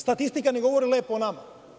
Statistika ne govori lepo o nama.